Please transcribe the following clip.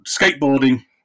skateboarding